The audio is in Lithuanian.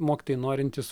mokytojai norintys